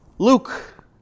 Luke